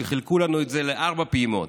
שחילקו לנו את זה לארבע פעימות,